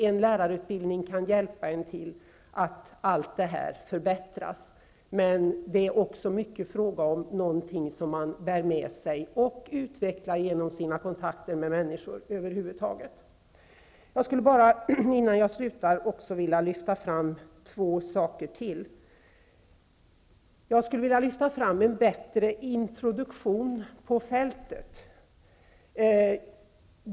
En lärarutbildning kan bidra till att förmågan förbättras, men det är också en fråga om någonting som man bär med sig och utvecklar genom sina kontakter med människor över huvud taget. Innan jag slutar vill jag bara lyfta fram ytterligare två saker. Jag skulle önska en bättre introduktion på fältet.